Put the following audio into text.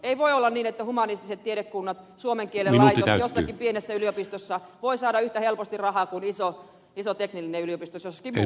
ei voi olla niin että humanistinen tiedekunta tai suomen kielen laitos jossakin pienessä yliopistossa voi saada yhtä helposti rahaa kuin esimerkiksi iso teknillinen yliopisto jossakin muualla